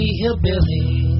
hillbilly